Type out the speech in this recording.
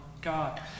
God